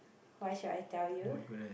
why should I tell you